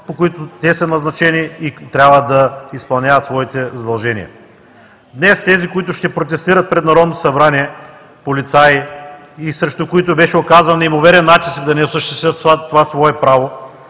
по които те са назначени и трябва да изпълняват своите задължения. Днес тези полицаи, които ще протестират пред Народното събрание и срещу които беше оказан неимоверен натиск, за да не осъществят това свое право,